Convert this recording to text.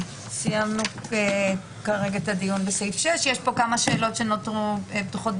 סיימנו את הדיון בסעיף 6. יש כאן כמה שאלות שנותרו פתוחות,